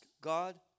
God